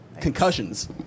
concussions